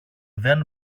δεν